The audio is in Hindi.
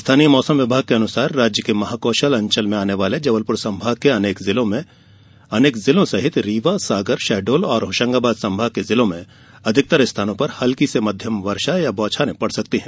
स्थानीय मौसम विभाग के अनुसार राज्य के महाकौशल अंचल में आने वाले जबलपुर संभाग के अनेक जिलों सहित रीवा सागर शहडोल और होशंगाबाद संभाग के जिलों में अधिकतर स्थानों पर हल्की से मध्यम वर्षा या बौछारें पड़ सकती है